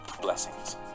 blessings